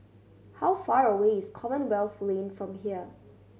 how far away is Commonwealth Lane from here